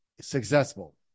successful